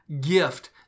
gift